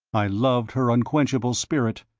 i loved her unquenchable spirit,